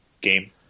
game